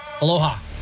Aloha